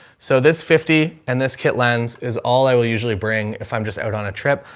so this fifty and this kit lens is all i will usually bring. if i'm just out on a trip,